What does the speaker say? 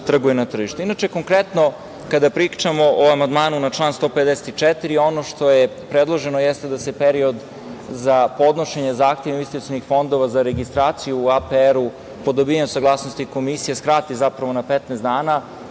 konkretno kada pričamo o amandmanu na član 154, ono što je predloženo jeste da se period za podnošenje zahteva investicionih fondova za registraciju u APR-u po dobijanju saglasnosti Komisije skrate zapravo na 15 dana,